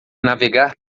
navegar